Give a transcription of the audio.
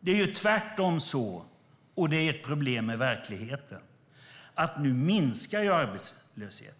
Det är tvärtom så - och det är ert problem med verkligheten - att arbetslösheten nu minskar. Den minskar